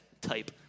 type